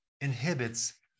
inhibits